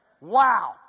Wow